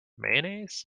mayonnaise